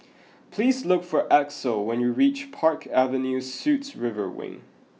please look for Axel when you reach Park Avenue Suites River Wing